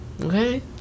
Okay